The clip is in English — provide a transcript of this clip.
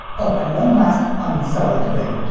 oh, and one last unsettling thing.